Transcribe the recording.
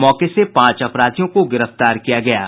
मौके से पांच अपराधियों को गिरफ्तार किया गया है